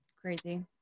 crazy